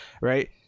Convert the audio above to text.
right